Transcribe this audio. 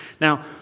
Now